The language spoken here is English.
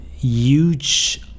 huge